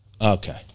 Okay